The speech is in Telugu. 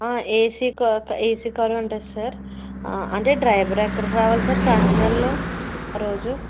ఏసీ కాక ఏసీ కారే ఉంటుంది సార్ అంటే డ్రైవర్ ఎక్కడికి రావాలి సార్ కాకినాడలో ఆ రోజు